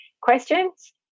Questions